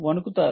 వణుకుతారు